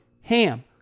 HAM